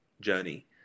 journey